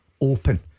open